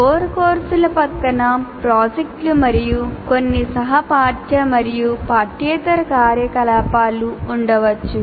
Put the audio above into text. core కోర్సుల పక్కన ప్రాజెక్టులు మరియు కొన్ని సహ పాఠ్య మరియు పాఠ్యేతర కార్యకలాపాలు ఉండవచ్చు